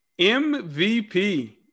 MVP